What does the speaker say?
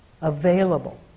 available